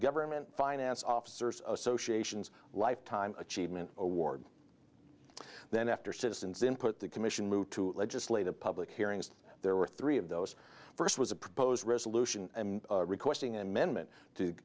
government finance officers association's lifetime achievement award then after citizens input the commission moved to legislative public hearings there were three of those first was a proposed resolution requesting an amendment to